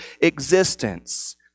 existence